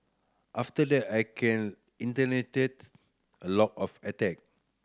after that I can initiate a lot of attack